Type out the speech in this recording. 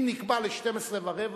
אם נקבע ל-12:15,